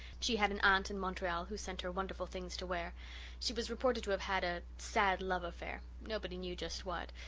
she had an aunt in montreal who sent her wonderful things to wear she was reported to have had a sad love affair nobody knew just what,